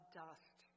dust